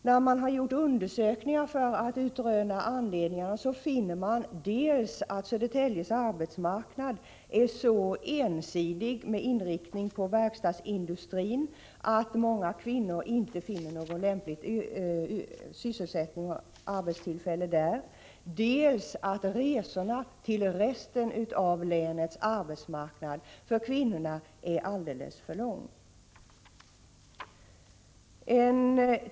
När man har gjort undersökningar för att utröna anledningarna, har man funnit dels att Södertäljes arbetsmarknad är så ensidig med inriktning på verkstadsindustri att många kvinnor inte finner lämplig sysselsättning eller arbetstillfälle där, dels att resorna till resten av länets arbetsmarknad för kvinnor är alldeles för långa.